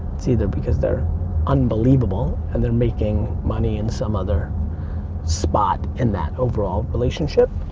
it's either because they're unbelievable and they're making money in some other spot in that overall relationship,